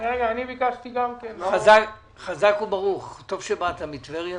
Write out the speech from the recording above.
לא גבו שכר דירה על מבנים שלהם שהושכרו לעסקים שנסגרו בסגר.